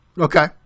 Okay